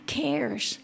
cares